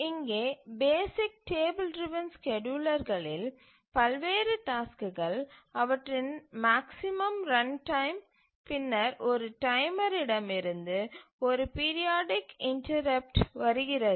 இங்கே basic table driven ஸ்கேட்யூலர்களில் பல்வேறு டாஸ்க்குகள் அவற்றின் மேக்ஸிமம் ரன்டைம் பின்னர் ஒரு டைமர் இடம் இருந்து ஒரு பீரியாடிக் இன்டரப்ட்டு வருகிறது